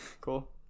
cool